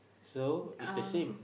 so it's the same